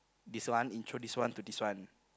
this one intro this one to this one